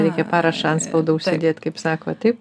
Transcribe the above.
reikia parašą antspaudą užsidėt kaip sako taip